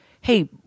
hey